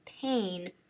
pain